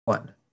one